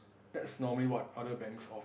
that's normally what other banks offer